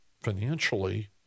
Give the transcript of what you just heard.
financially